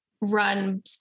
run